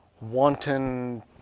wanton